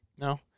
no